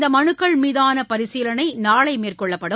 இந்த மனுக்கள் மீதான பரிசீலனை நாளை மேற்கொள்ளப்படும்